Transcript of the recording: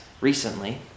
recently